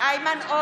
(קוראת בשמות חברי הכנסת) איימן עודה,